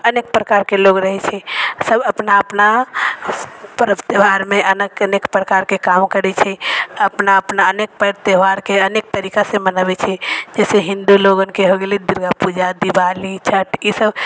अनेक प्रकारके लोक रहै छै सब अपना अपना पर्व त्योहारमे अनेक अनेक प्रकारके काम करै छै अपना अपना अनेक पर्व त्योहारके अनेक तरीकासँ मनबै छै जइसे हिन्दू लोगनके हो गेलै दुर्गापूजा दिवाली छठ ईसब